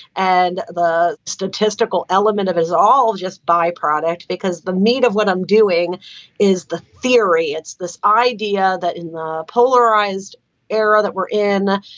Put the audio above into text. and the statistical element of it's all just biproduct because the meat of what i'm doing is the theory. it's this idea that in a polarized era that we're in,